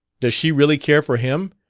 does she really care for him?